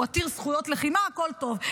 הוא עתיר זכויות לחימה, הכול טוב.